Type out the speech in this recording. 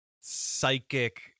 Psychic